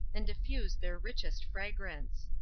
and diffuse their richest fragrance.